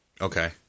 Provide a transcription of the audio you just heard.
Okay